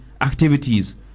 activities